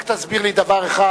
רק תסביר לי דבר אחד,